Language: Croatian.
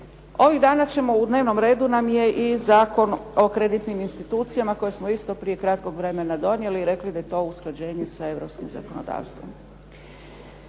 Ovih dana ćemo u dnevnom redu nam je i Zakon o kreditnim institucijama, koje smo isto prije kratkog vremena donijeli i rekli da je to usklađenje sa europskim zakonodavstvom.